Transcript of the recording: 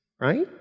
right